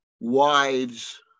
wives